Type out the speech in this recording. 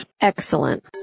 Excellent